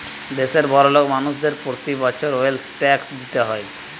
দেশের বড়োলোক মানুষদের প্রতি বছর ওয়েলথ ট্যাক্স দিতে হয়